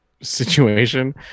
situation